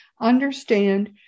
understand